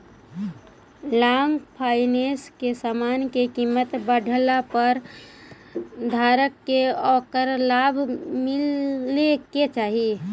long finance में समान के कीमत बढ़ला पर धारक के ओकरा लाभ मिले के चाही